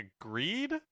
agreed